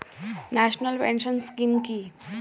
National pension scheme কি?